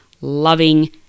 loving